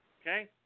Okay